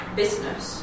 business